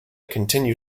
continue